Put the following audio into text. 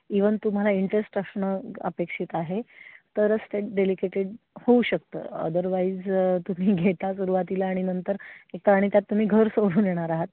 even तुम्हाला interest असणं अपेक्षित आहे तरच ते डेलिकेटेड होऊ शकतं अदरवाईज तुम्ही घेता सुरुवातीला आणि नंतर एकतर आणि त्यात तुम्ही घर सोडून येणार आहात